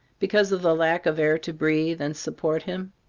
because of the lack of air to breathe, and support him?